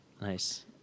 Nice